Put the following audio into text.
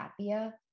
Tapia